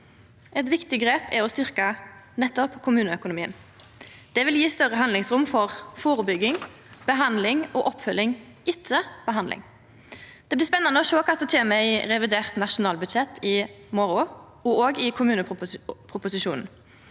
Eit viktig grep er å styrkja nettopp kommuneøkonomien. Det vil gje større handlingsrom for førebygging, behandling og oppfølging etter behandling. Det blir spennande å sjå kva som kjem i revidert nasjonalbudsjett i morgon og i kommuneproposisjonen.